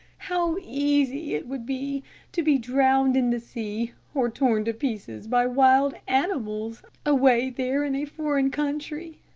how easy it would be to be drowned in the sea, or torn to pieces by wild animals away there in a foreign country.